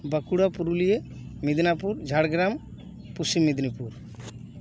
Bankura Purulia Midnapur Jhargram Paschim Medinipur